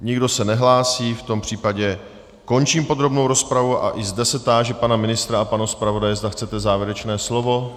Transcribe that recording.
Nikdo se nehlásí, v tom případě končím podrobnou rozpravu a i zde se táži pana ministra a pana zpravodaje, zda chcete závěrečné slovo.